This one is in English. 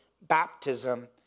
baptism